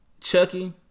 Chucky